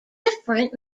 different